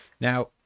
now